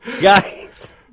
Guys